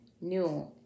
new